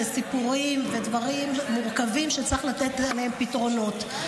לסיפורים ולדברים מורכבים שצריך לתת להם פתרונות.